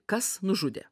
kas nužudė